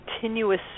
continuous